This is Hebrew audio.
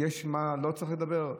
לא צריך לדבר.